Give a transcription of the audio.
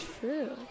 True